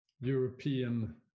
european